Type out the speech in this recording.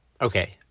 Okay